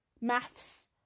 Maths